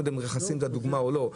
אני לא יודע אם רכסים זו הדוגמה או לא,